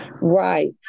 Right